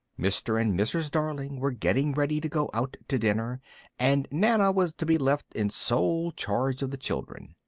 mr. and mrs. darling were getting ready to go out to dinner and nana was to be left in sole charge of the children.